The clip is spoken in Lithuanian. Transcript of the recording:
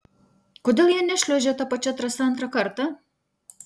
kodėl jie nešliuožė ta pačia trasa antrą kartą